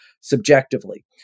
subjectively